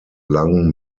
lung